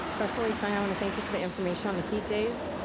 russell lee-sung, i wanna thank you for the information on the heat days.